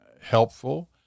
helpful